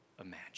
imagine